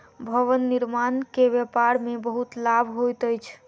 भवन निर्माण के व्यापार में बहुत लाभ होइत अछि